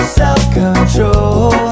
self-control